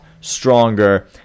stronger